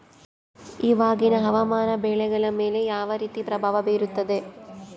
ಇವಾಗಿನ ಹವಾಮಾನ ಬೆಳೆಗಳ ಮೇಲೆ ಯಾವ ರೇತಿ ಪ್ರಭಾವ ಬೇರುತ್ತದೆ?